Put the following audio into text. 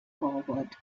forward